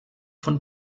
von